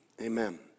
Amen